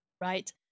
right